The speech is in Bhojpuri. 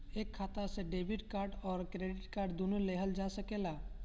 एक खाता से डेबिट कार्ड और क्रेडिट कार्ड दुनु लेहल जा सकेला?